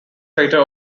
crater